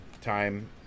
time